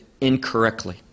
incorrectly